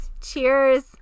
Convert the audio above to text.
Cheers